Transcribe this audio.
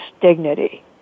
dignity